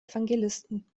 evangelisten